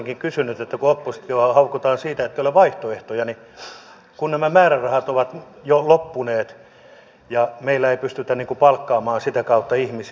olisin kysynyt ministeriltä kun oppositiota haukutaan siitä ettei ole vaihtoehtoja ja kun nämä määrärahat ovat jo loppuneet ja meillä ei pystytä palkkaamaan sitä kautta ihmisiä